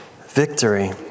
victory